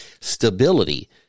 Stability